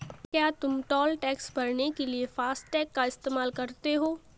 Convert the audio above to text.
क्या तुम toll tax भरने के लिए फासटेग का इस्तेमाल करते हो?